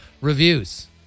reviews